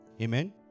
Amen